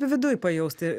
viduj pajausti